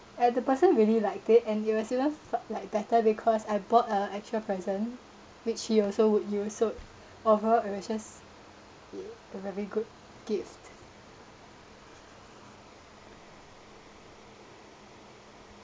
and the person really liked it and it was still lo~ like better because I bought a actual present which he also would use so of her and I'm just give a very good gift